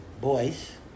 boys